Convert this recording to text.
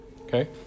Okay